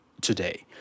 today